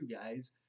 guys